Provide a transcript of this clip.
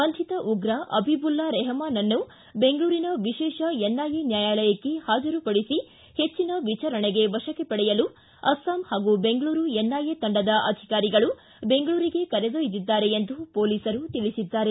ಬಂಧಿತ ಉಗ್ರ ಅಬಿಬುಲ್ಲಾ ರೆಹಮಾನ್ನನ್ನು ಬೆಂಗಳೂರಿನ ವಿಶೇಷ ಎನ್ಐಎ ನ್ಯಾಯಾಲಯಕ್ಕೆ ಹಾಜರುಪಡಿಸಿ ಹೆಚ್ಚಿನ ವಿಚಾರಣೆಗೆ ವಶಕ್ಕೆ ಪಡೆಯಲು ಅಸ್ಸಾಂ ಹಾಗೂ ಬೆಂಗಳೂರು ಎನ್ಐಎ ತಂಡದ ಅಧಿಕಾರಿಗಳು ಬೆಂಗಳೂರಿಗೆ ಕರೆದೊಯ್ದಿದ್ದಾರೆ ಎಂದು ಪೊಲೀಸರು ತಿಳಿಸಿದ್ದಾರೆ